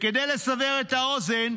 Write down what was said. כדי לסבר את האוזן,